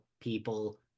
people